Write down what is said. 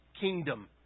kingdom